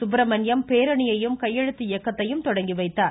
சுப்பிரமணியம் பேரணியையும் கையெழுத்து இயக்கத்தை துவக்கிவைத்தார்